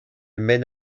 mène